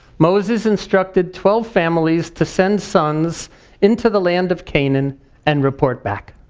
moses instructed twelve families to send sons into the land of canaan and report back.